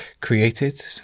created